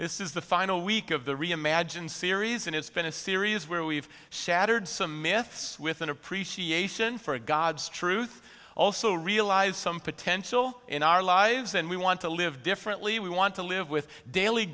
is the final week of the reimagined series and it's been a series where we've shattered some myths with an appreciation for god's truth also realize some potential in our lives and we want to live differently we want to live with daily